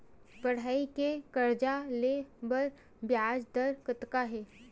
पढ़ई के कर्जा ले बर ब्याज दर कतका हे?